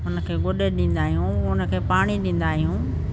उन खे वुॾ ॾींदा आहियूं उन खे पाणी ॾींदा आहियूं